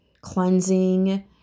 cleansing